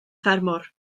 ffermwr